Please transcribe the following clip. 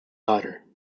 daughter